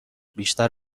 بیشتر